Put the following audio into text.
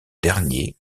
dernier